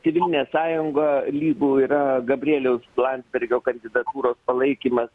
tėvynės sąjunga lygu yra gabrieliaus landsbergio kandidatūros palaikymas